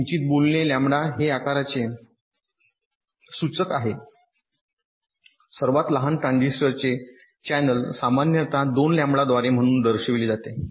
किंचित बोलणे लॅम्बडा हे आकाराचे सूचक आहे सर्वात लहान ट्रान्झिस्टरचे चॅनेल सामान्यत 2 लँबडा द्वारे म्हणून दर्शविले जाते